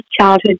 childhood